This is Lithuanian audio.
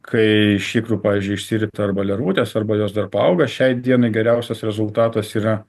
kai iš ikrų pavyzdžiui išsirita arba lervutės arba jos dar paauga šiai dienai geriausias rezultatas yra